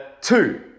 two